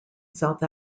south